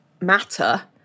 matter